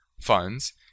funds